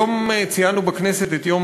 היום ציינו בכנסת את יום